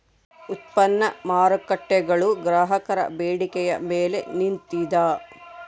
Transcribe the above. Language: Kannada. ಉತ್ಪನ್ನ ಮಾರ್ಕೇಟ್ಗುಳು ಗ್ರಾಹಕರ ಬೇಡಿಕೆಯ ಮೇಲೆ ನಿಂತಿದ